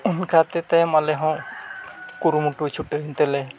ᱚᱱᱠᱟᱛᱮ ᱛᱟᱭᱚᱢ ᱟᱞᱮ ᱦᱚᱸ ᱠᱩᱨᱩᱢᱩᱴᱩ ᱪᱷᱩᱴᱟᱹᱣᱮᱱ ᱛᱮᱞᱮ